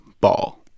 ball